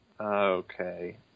Okay